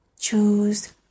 Choose